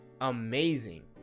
Amazing